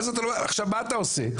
עכשיו מה אתה עושה?